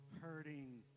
hurting